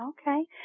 Okay